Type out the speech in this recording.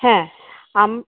হ্যাঁ আম